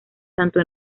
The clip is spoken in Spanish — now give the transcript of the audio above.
tanto